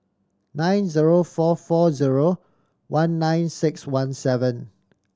nine zero four four zero one nine six one seven